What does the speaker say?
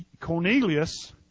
Cornelius